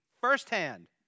Firsthand